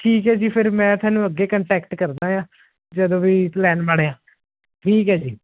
ਠੀਕ ਹੈ ਜੀ ਫਿਰ ਮੈਂ ਤੁਹਾਨੂੰ ਅੱਗੇ ਕੰਟੈਕਟ ਕਰਦਾ ਆ ਜਦੋਂ ਵੀ ਪਲੈਨ ਬਣਿਆ ਠੀਕ ਹੈ ਜੀ